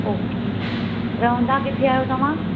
okay रहंदा किथे आहियो तव्हां